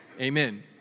amen